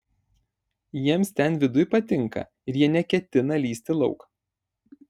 jiems ten viduj patinka ir jie neketina lįsti lauk